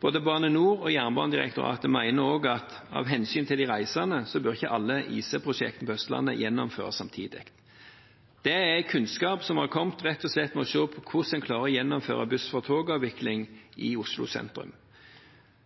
Både Bane NOR og Jernbanedirektoratet mener også at av hensyn til de reisende bør ikke alle IC-prosjekter på Østlandet gjennomføres samtidig. Det er kunnskap som har kommet rett og slett ved å se hvordan en klarer å gjennomføre buss-for-tog-avvikling i Oslo sentrum.